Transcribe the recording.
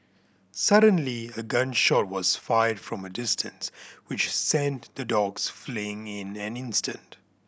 suddenly a gun shot was fired from a distance which sent the dogs fleeing in an instant